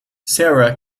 sara